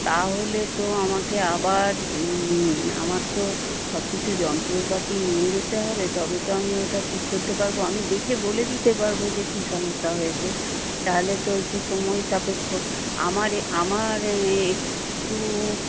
তাহলে তো আমাকে আবার আমার তো সব কিছু যন্ত্রপাতি নিয়ে যেতে হবে তবে তো আমি ওটা ঠিক করতে পারবো আমি দেখে বলে দিতে পারবো যে কি সমস্যা হয়েছে তাহলে তো একটু সময়সাপেক্ষ আমার এ আমার একটু